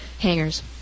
hangers